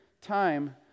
time